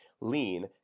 lean